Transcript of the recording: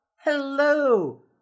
hello